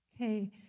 Okay